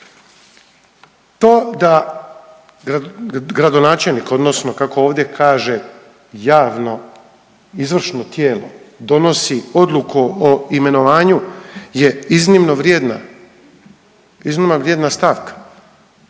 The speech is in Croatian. To da gradonačelnik odnosno kako ovdje kaže javno izvršno tijelo donosi odluku o imenovanju je iznimno vrijedna stavka